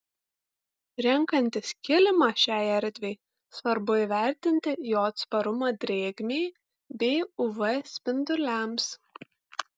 renkantis kilimą šiai erdvei svarbu įvertinti jo atsparumą drėgmei bei uv spinduliams